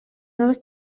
noves